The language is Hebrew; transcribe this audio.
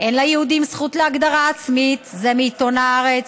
אין ליהודים זכות להגדרה עצמית, זה מעיתון הארץ,